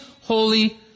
holy